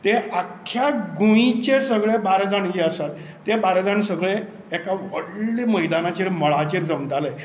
त्या आख्या गोंयचे जे सगळें बाराजाण आसा ते बाराजाण सगळें एका व्हडले मैदानाचेर मळाचेर जमताले